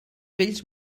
vells